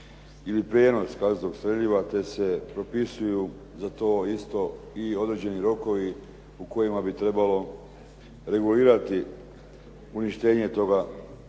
ili prijenos kazetnog streljiva te se propisuju za to isto i određeni rokovi u kojima bi trebalo regulirati uništenje toga